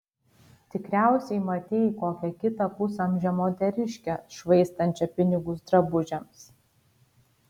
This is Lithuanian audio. tikriausiai matei kokią kitą pusamžę moteriškę švaistančią pinigus drabužiams